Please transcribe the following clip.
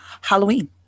Halloween